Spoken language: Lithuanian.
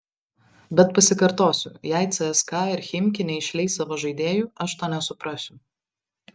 bet pasikartosiu jei cska ir chimki neišleis savo žaidėjų aš to nesuprasiu